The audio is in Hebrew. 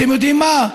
אתם יודעים מה?